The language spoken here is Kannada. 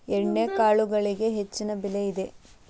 ಎಣ್ಣಿಕಾಳುಗಳಿಗೆ ಹೆಚ್ಚಿನ ಬೆಲೆ ಇದೆ